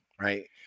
right